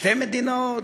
שתי מדינות?